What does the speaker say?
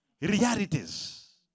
realities